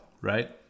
right